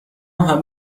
همه